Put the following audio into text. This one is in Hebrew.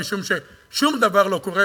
משום ששום דבר לא קורה,